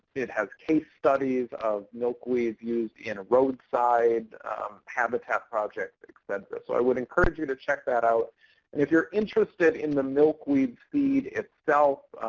it has case studies of milkweeds used in roadside habitat projects, but et cetera. so i would encourage you to check that out. and if you're interested in the milkweed seed itself,